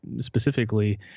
specifically